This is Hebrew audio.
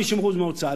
50% מההוצאה,